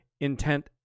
intent